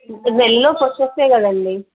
ఒక నెల లోపు వచ్చేస్తాయ కదండి